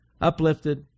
uplifted